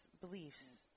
beliefs